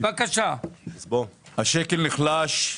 השקל נחלש,